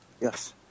Yes